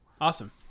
awesome